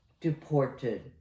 deported